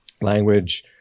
language